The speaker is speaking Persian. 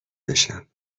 بشم